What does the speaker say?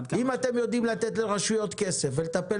אם אתם יודעים לתת לרשויות כסף ולטפל